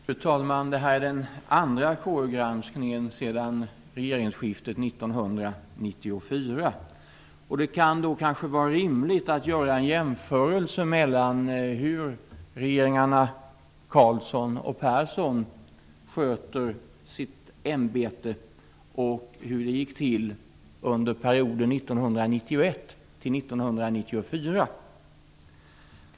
Fru talman! Detta är den andra KU-granskningen sedan regeringsskiftet 1994. Det kan då vara rimligt att göra en jämförelse mellan hur regeringarna Carlsson och Persson sköter sitt ämbete och hur det gick till under 1991-1994.